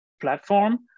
platform